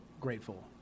grateful